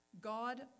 God